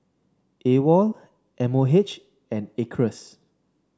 AWOL M O H and Acres